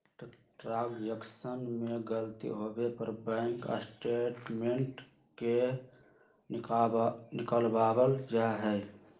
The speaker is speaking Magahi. ट्रांजेक्शन में गलती होवे पर बैंक स्टेटमेंट के निकलवावल जा हई